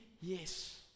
yes